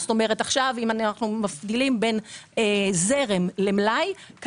אם אנחנו מבחינים בין זרם למלאי,